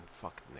Fuck